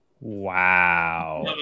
Wow